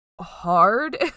hard